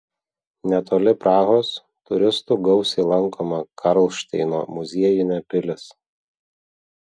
netoli prahos turistų gausiai lankoma karlšteino muziejinė pilis